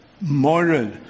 moral